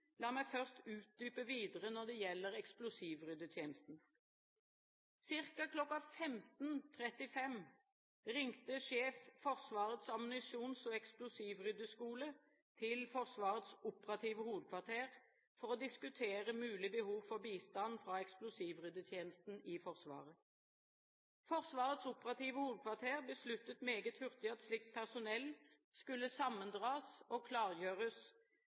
La meg først utdype videre når det gjelder eksplosivryddetjenesten. Cirka kl. 15.35 ringte sjef Forsvarets ammunisjons- og eksplosivryddeskole til Forsvarets operative hovedkvarter for å diskutere mulig behov for bistand fra eksplosivryddetjenesten i Forsvaret. Forsvarets operative hovedkvarter besluttet meget hurtig at slikt personell skulle sammendras og klargjøres